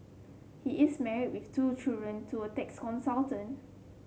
he is married with two children to a tax consultant